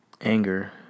anger